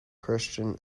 christian